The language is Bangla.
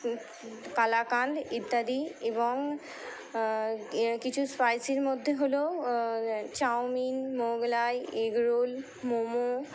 কালাকান্দ ইত্যাদি এবং কিছু স্পাইসির মধ্যে হলো চাউমিন মোঘলাই এগরোল মোমো